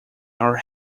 our